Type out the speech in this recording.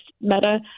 Meta